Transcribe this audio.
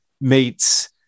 meets